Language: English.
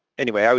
anyway, i mean